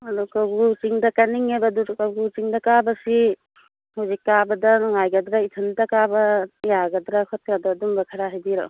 ꯑꯗꯨ ꯀꯧꯕ꯭ꯔꯨ ꯆꯤꯡꯗ ꯀꯥꯅꯤꯡꯉꯦꯕ ꯑꯗꯨꯁꯨ ꯀꯧꯕ꯭ꯔꯨ ꯆꯤꯡꯗ ꯀꯥꯕꯁꯤ ꯍꯧꯖꯤꯛ ꯀꯥꯕꯗ ꯅꯨꯡꯉꯥꯏꯒꯗ꯭ꯔ ꯏꯊꯟꯇ ꯀꯥꯕ ꯌꯥꯒꯗ꯭ꯔ ꯈꯣꯠꯀꯗ꯭ꯔ ꯑꯗꯨꯒꯨꯝꯕ ꯈꯔ ꯍꯥꯏꯕꯤꯔꯛꯑꯣ